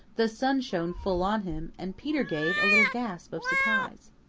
the sun shone full on him, and peter gave a little gasp of surprise.